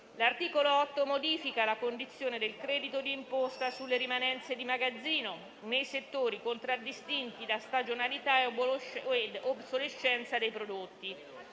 L'articolo 8 modifica la condizione del credito di imposta sulle rimanenze di magazzino nei settori contraddistinti da stagionalità e obsolescenza dei prodotti.